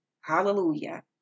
Hallelujah